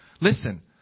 Listen